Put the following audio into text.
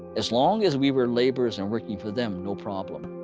as long as we were laborers and working for them, no problem.